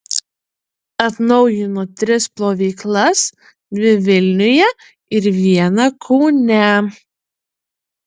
atnaujino tris plovyklas dvi vilniuje ir vieną kaune